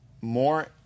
more